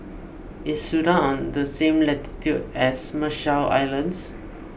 is Sudan on the same latitude as Marshall Islands